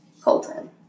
Colton